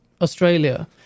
Australia